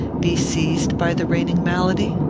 be seized by the reigning malady?